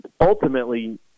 ultimately